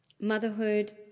Motherhood